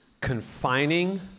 confining